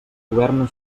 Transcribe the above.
governa